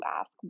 ask